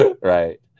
Right